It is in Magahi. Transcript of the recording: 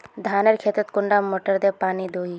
धानेर खेतोत कुंडा मोटर दे पानी दोही?